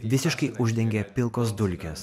visiškai uždengė pilkos dulkės